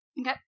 Okay